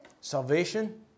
Salvation